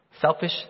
Selfish